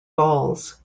balls